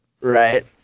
right